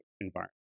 environment